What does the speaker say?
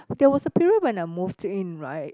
there was a period when I moved in right